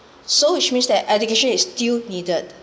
so which means that education is still needed